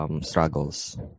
struggles